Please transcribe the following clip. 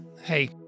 hey